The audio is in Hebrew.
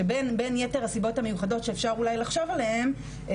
שבין יתר הסיבות המיוחדות שאפשר אולי לחשוב עליהן,